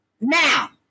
Now